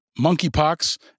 monkeypox